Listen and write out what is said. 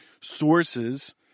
sources